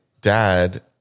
dad